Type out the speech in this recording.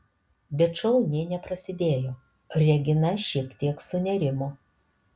bet šou nė neprasidėjo regina šiek tiek sunerimo